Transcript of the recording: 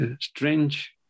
strange